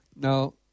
Now